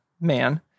man